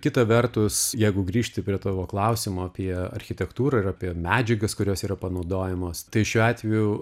kita vertus jeigu grįžti prie tavo klausimo apie architektūrą ir apie medžiagas kurios yra panaudojamos tai šiuo atveju